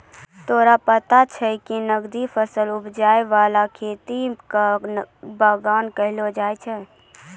तोरा पता छौं कि नकदी फसल उपजाय वाला खेत कॅ बागान कहलो जाय छै